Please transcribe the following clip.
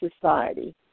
society